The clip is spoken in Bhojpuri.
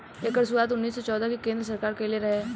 एकर शुरुआत उन्नीस सौ चौदह मे केन्द्र सरकार कइले रहे